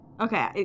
Okay